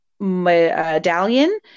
medallion